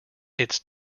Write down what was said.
its